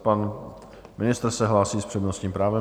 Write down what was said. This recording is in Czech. Pan ministr se hlásí s přednostním právem.